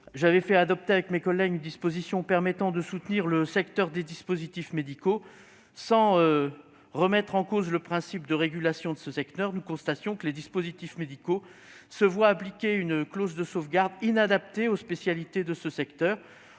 J'avais fait adopter, avec mes collègues, une disposition permettant de soutenir ce secteur. Sans remettre en cause le principe de régulation de ce secteur, nous constations que les dispositifs médicaux se voient appliquer une clause de sauvegarde inadaptée aux spécificités du secteur.